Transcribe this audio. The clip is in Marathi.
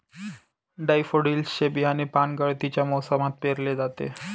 डैफोडिल्स चे बियाणे पानगळतीच्या मोसमात पेरले जाते